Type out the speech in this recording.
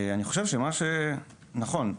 נכון,